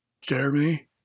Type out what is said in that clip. Jeremy